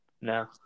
No